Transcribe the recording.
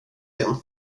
igen